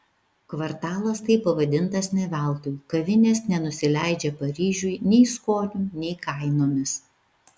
kvartalas taip pavadintas ne veltui kavinės nenusileidžia paryžiui nei skoniu nei kainomis